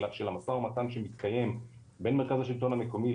המשא ומתן שמתקיים בין מרכז השלטון המקומי,